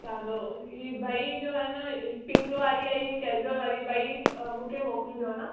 हलो ई ॿई जो त न पिंक वारी ऐं कैजुअल वारी ॿई मूंखे मोकिलिजो न